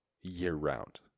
year-round